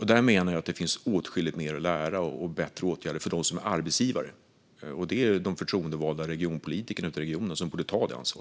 Här finns det åtskilligt mer att lära och bättre åtgärder att vidta för dem som är arbetsgivare, och det är de förtroendevalda regionpolitikerna ute i regionen som borde ta detta ansvar.